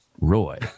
Roy